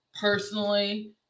personally